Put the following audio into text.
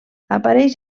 apareix